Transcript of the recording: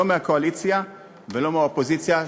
לא מהקואליציה ולא מהאופוזיציה,